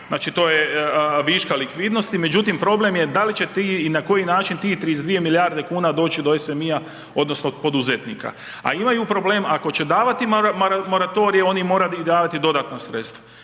znači to je viška likvidnosti. Međutim, problem je da li će ti i na koji način tih 32 milijarde kuna doći do …/Govornik se ne razumije/…odnosno poduzetnika. A imaju problem ako će davati moratorij oni moraju i davati i dodatna sredstva.